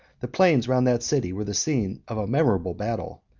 the plains round that city were the scene of a memorable battle,